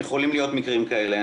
יכולים להיות מקרים כאלה.